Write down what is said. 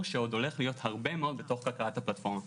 שעוד הולך להיות הרבה מאוד בתוך כלכלת הפלטפורמה.